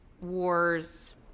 wars